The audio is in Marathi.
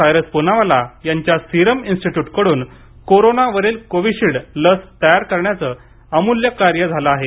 सायरस पुनावाला यांच्या सिरम इन्स्टिट्यूटकडून करोनावरील कोविशिल्ड लस तयार करण्याचे अमूल्य कार्य झालं आहे